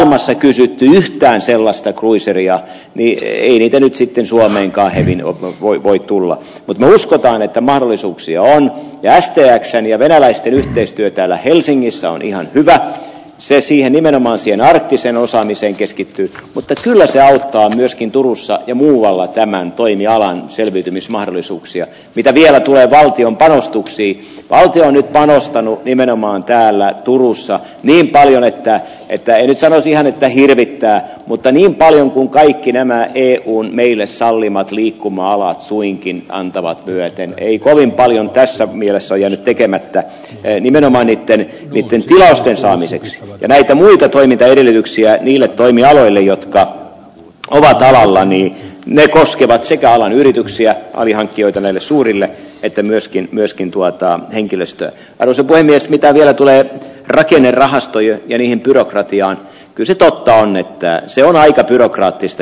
ohessa kysytty yhtään sellaista cruiseria niin se että nyt sitten suomeenkaan hevin voi tulla muistetaan että mahdollisuuksia lähteäkseen ja venäläisten yhteistyö täällä helsingissä on ihan hyvää seksiä nimenomaan siinä eettiseen osaamiseen keskittyy mutta sillä se on myöskin turussa ja muualla tämän toimialan selviytymismahdollisuuksia pitää vielä tulee valtion panostuksiin valtio nyt panostanut nimenomaan täällä turussa niin paljon että teitä ei sellaisia että hirvittää mutta niin paljon kun kaikki nämä eun meille sallimat liikkuma alat suinkin antavat myöten ei kovin paljon tässä mielessä jäänyt tekemättä ei nimenomaan ei tiennyt miten osallisiksi näitä muita toimintaedellytyksiä niille toimialoille jotka täällä mielelläni melko iskevät sekä alan yrityksiä alihankkijoita näille suurille että myöskin myöskin tuetaan henkilöstö on osa voi myös mitä vielä tulee rakennerahastojen ja niihin byrokratia on kyse teltta on että silmältä työkraatista